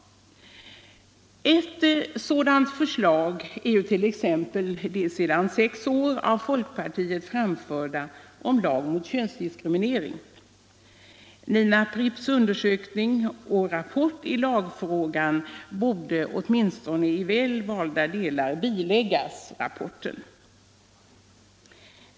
Ett sådant förslag är t.ex. det sedan sex år av folkpartiet framförda förslaget om lag mot könsdiskriminering. Nina Pripps undersökning och rapport i lagfrågan bör biläggas FN-rapporten, åtminstone i valda delar.